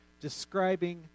describing